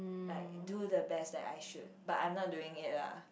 like do the best that I should but I'm not doing it lah